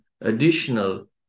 additional